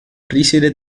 risiede